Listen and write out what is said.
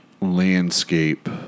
landscape